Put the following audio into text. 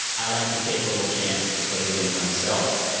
i like to take a little chance to play the game myself.